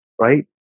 right